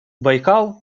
байкал